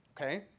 Okay